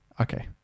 okay